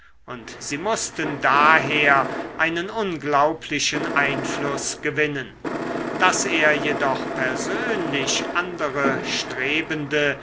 und sie mußten daher einen unglaublichen einfluß gewinnen daß er jedoch persönlich andere strebende